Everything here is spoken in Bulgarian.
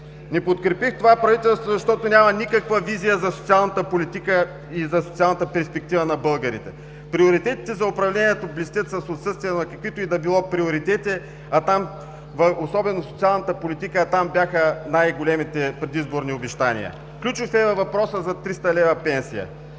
Не подкрепих това правителство, защото няма никаква визия за социалната политика и за социалната перспектива на българите. Приоритетите за управлението блестят с отсъствието на каквито и да било приоритети, особено в социалната политика, а там бяха най-големите предизборни обещания. Ключов е въпросът за 300 лв. пенсия.